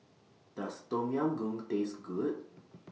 Does Tom Yam Goong Taste Good